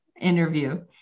interview